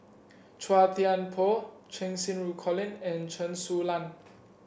Chua Thian Poh Cheng Xinru Colin and Chen Su Lan